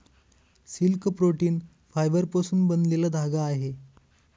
silk protein फायबरपासून बनलेला धागा आहे